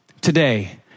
today